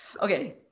Okay